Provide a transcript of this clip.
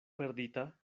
perdita